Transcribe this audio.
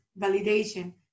validation